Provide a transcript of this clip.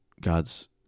God's